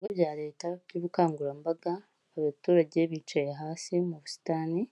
Ibikorwa bya Leta by'ubukangurambaga, abaturage bicaye hasi mu busitani,